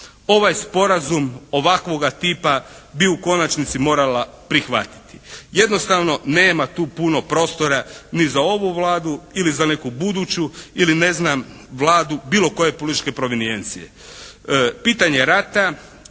ovaj sporazum ovakvoga tipa bi u konačnici morala prihvatiti. Jednostavno nema tu puno prostora ni za ovu Vladu ili za neku buduću ili ne znam vladu bilo koje političke provenijencije.